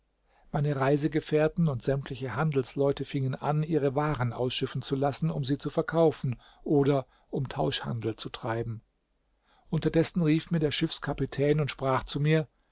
meine reisegefährten und sämtliche handelsleute fingen an ihre waren ausschiffen zu lassen um sie zu verkaufen oder um tauschhandel zu treiben unterdessen rief mir der schiffskapitän und sprach zu mir